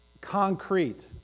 concrete